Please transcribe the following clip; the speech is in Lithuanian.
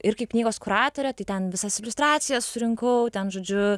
ir kaip knygos kuratorė tai ten visas iliustracijas surinkau ten žodžiu